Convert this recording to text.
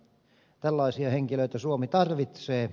tällaisia henkilöitä suomi tarvitsee